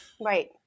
Right